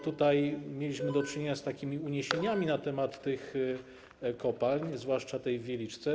Tutaj mieliśmy do czynienia z uniesieniami na temat tych kopalń, zwłaszcza tej w Wieliczce.